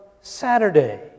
Saturday